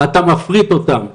אתה מפריט אותם.